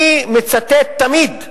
אני מצטט תמיד,